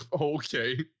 okay